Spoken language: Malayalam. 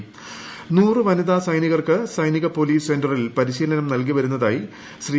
് ൻ ാ് വനിത സൈനികർക്ക് സൈനിക പോലീസ് സെന്ററിൽ ് പരിശീലനം നൽകി വരുന്നതായി ശ്രീ